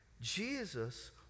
Jesus